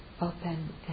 open